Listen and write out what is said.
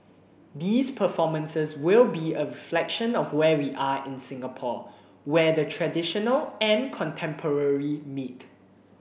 these performances will be a reflection of where we are in Singapore where the traditional and contemporary meet